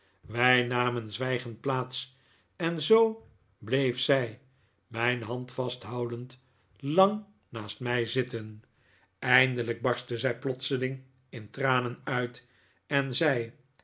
wij namen zwijgend plaats en zoo bleef zij mijn hand vasthoudend lang naast mij zitten eindelijk barstte zij plotseling in tranen uit en zei